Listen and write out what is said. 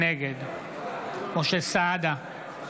נגד משה סעדה,